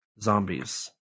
zombies